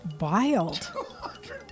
wild